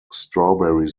strawberry